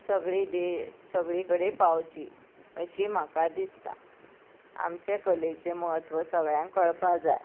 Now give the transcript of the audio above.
सगळी दे सगळी कडेन पावची अशी म्हाका दिसता आमचे कलेचे म्हत्व सगळ्यांक कळपा जाय